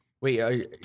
wait